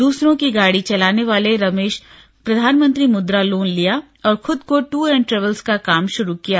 दूसरों की गाड़ी चलाने वाले रमेश प्रधानमंत्री मुद्रा लोन लिया और खुद का दूर एंड ट्रैवल्स का काम शुरू कर दिया